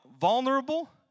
vulnerable